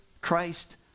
Christ